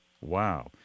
Wow